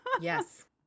Yes